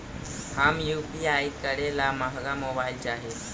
हम यु.पी.आई करे ला महंगा मोबाईल चाही?